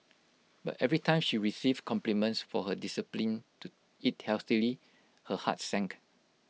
but every time she received compliments for her discipline to eat healthily her heart sank